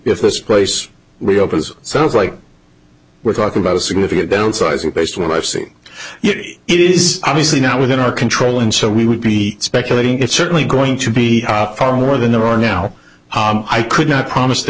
if this place reopens sounds like we're talking about a significant downsizing based on what i've seen it is obviously not within our control and so we would be speculating it's certainly going to be far more than there are now i could not promise t